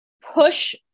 push